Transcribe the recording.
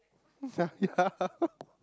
ya